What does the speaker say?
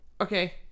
Okay